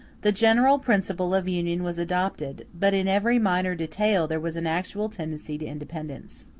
the general principle of union was adopted, but in every minor detail there was an actual tendency to independence.